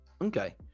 okay